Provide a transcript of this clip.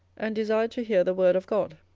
and desired to hear the word of god.